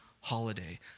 holiday